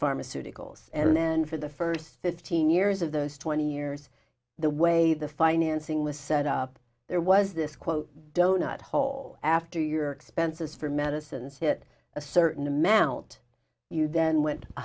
pharmaceuticals and then for the first fifteen years of those twenty years the way the financing was set up there was this quote donut hole after your expenses for medicines hit a certain amount you then went